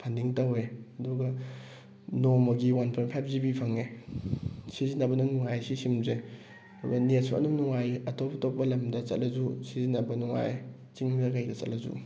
funding ꯇꯧꯋꯦ ꯑꯗꯨꯒ ꯅꯣꯡꯃꯒꯤ ꯋꯥꯟ ꯄꯣꯟꯠ ꯐꯥꯏꯕ ꯖꯤꯕꯤ ꯐꯪꯉꯦ ꯁꯤꯖꯤꯟꯅꯕ ꯑꯗꯨꯝ ꯅꯨꯡꯉꯥꯏꯌꯦ ꯁꯤ ꯁꯤꯝꯁꯦ ꯑꯗꯨꯒ ꯅꯦꯠꯁꯨ ꯑꯗꯨꯝ ꯅꯨꯡꯉꯥꯏꯌꯦ ꯑꯇꯣꯞ ꯑꯇꯣꯞꯄ ꯂꯝꯗ ꯆꯠꯂꯁꯨ ꯁꯤꯖꯤꯟꯅꯕ ꯅꯨꯡꯉꯥꯏ ꯆꯤꯡꯗ ꯀꯩꯗ ꯆꯠꯂꯁꯨ